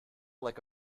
like